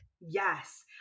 Yes